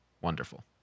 Wonderful